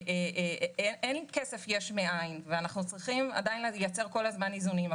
אין כסף יש מאין ואנחנו צריכים עדיין לייצר כל הזמן איזונים.